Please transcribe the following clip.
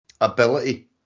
ability